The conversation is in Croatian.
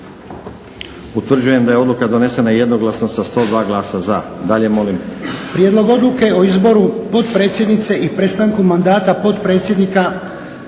Utvrđujem da je odluka donesena jednoglasno sa 103 glasa za. Prijedlog odluke o izboru članice i prestanku mandata člana